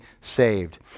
saved